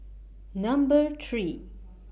Number three